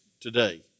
today